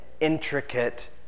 intricate